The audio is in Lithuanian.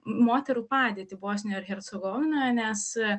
moterų padėtį bosnijoje ir hercegovinoje nes